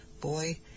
boy